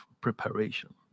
preparation